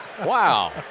Wow